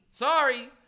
Sorry